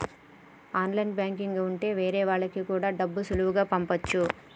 online banking ఉంటె వేరే వాళ్ళకి కూడా డబ్బులు సులువుగా పంపచ్చు